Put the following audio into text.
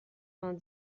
vingt